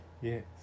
Yes